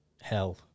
hell